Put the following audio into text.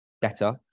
better